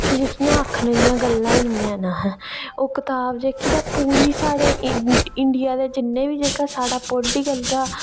कि जेह्कियां आखनै दियां गल्लां निं हैन ऐहें ओह् कताब जेह्की तां पूरी साढ़े इंडिया बिच जिन्ना बी जेह्का साढ़ा पॉलीटिकल दा